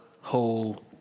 whole